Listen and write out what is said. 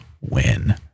win